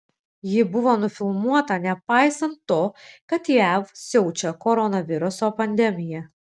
ji buvo nufilmuota nepaisant to kad jav siaučia koronaviruso pandemija